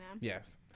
Yes